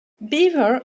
beaver